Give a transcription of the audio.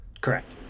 correct